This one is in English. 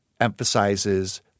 Emphasizes